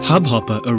Hubhopper